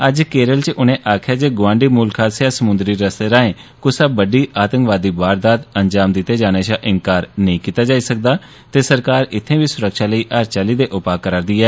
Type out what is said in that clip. अज्ज केरला च उनें आक्खेआ जे गुआढ़ी मुल्ख आस्सेआ समुन्द्री रस्ते राएं कुसै बड्डी आतंकवादी वारदात अंजाम दिते जाने शा इंकार नेई कीता जाई सकदा ते सरकार इत्थें बी सुरक्षा लेई हर चाल्ली दे उपाऽ करा रदी ऐ